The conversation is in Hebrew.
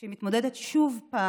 שהיא מתמודדת שוב עם